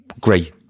great